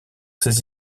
ses